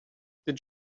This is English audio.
did